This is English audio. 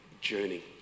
journey